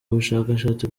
bushakashatsi